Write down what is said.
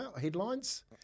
headlines